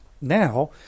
now